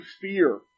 fear